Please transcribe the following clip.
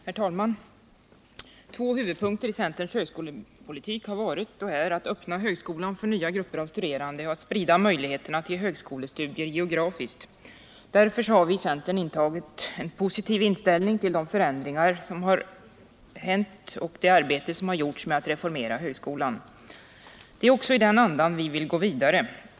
Herr talman! Två huvudpunkter i centerns högskolepolitik har varit — och är — att öppna högskolan för nya grupper av studerande och att sprida möjligheterna till högskolestudier geografiskt. Därför har vi i centern med en positiv inställning till förändringar deltagit i arbetet med att reformera högskolan. Det är också i den andan vi vill gå vidare.